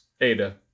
Ada